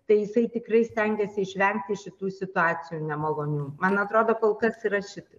tai jisai tikrai stengiasi išvengti šitų situacijų nemalonių man atrodo kol kas yra šitaip